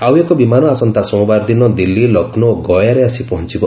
ଆଉ ଏକ ବିମାନ ଆସନ୍ତା ସୋମବାର ଦିନ ଦିଲ୍ଲୀ ଲକ୍ଷ୍ମୌ ଓ ଗୟାରେ ଆସି ପହଞ୍ଚିବ